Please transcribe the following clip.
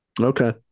okay